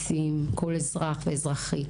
כל כנסת ישראל.